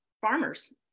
farmers